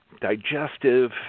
digestive